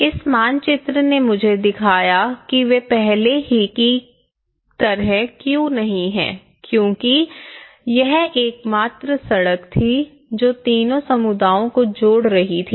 इस मानचित्र ने मुझे दिखाया है कि वे पहले की तरह क्यों नहीं हैं क्योंकि यह एकमात्र सड़क थी जो तीनों समुदायों को जोड़ रही थी